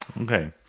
Okay